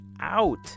out